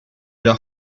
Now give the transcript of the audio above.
leur